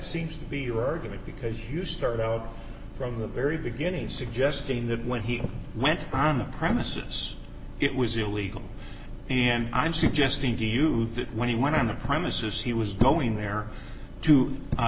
seems to be your argument because you started out from the very beginning suggesting that when he went on the premises it was illegal and i'm suggesting to you that when he went on the premises he was going there to